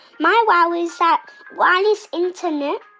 my wow is that wireless internet,